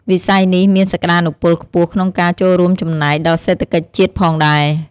វិស័យនេះមានសក្តានុពលខ្ពស់ក្នុងការចូលរួមចំណែកដល់សេដ្ឋកិច្ចជាតិផងដែរ។